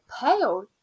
pale